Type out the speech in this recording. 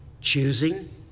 Choosing